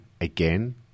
again